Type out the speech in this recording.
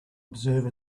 observe